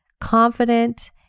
confident